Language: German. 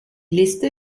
liste